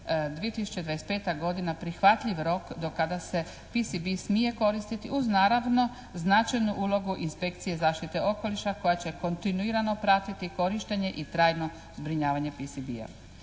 2025. godina prihvatljiv rok do kada se PSB smije koristiti uz naravno značajnu ulogu inspekcije zaštite okoliša koja će kontinuirano pratiti korištenje i trajno zbrinjavanje PSB-a.